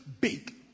big